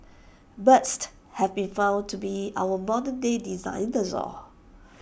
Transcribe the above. burst have been found to be our modern day